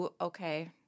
okay